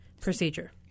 procedure